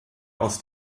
aus